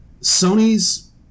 Sony's